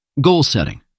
Goal-setting